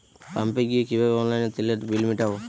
পাম্পে গিয়ে কিভাবে অনলাইনে তেলের বিল মিটাব?